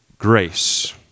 grace